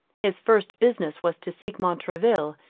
his first business was to seek montraville,